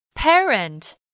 Parent